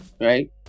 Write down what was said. right